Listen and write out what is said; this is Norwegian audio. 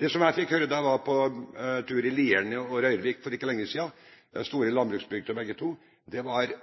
Det jeg fikk høre da jeg var på tur i Lierne og Røyrvik for ikke lenge siden – det er store landbruksbygder begge to – var for det